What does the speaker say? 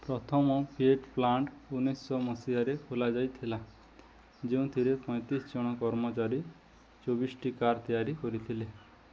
ପ୍ରଥମ Fiat plant ଉଣେଇଶହ ମସିହାରେ ଖୋଲାଯାଇଥିଲା ଯେଉଁଥିରେ ପଇଁତିରିଶ ଜଣ କର୍ମଚାରୀ ଚବିଶଟି କାର୍ ତିଆରି କରିଥିଲେ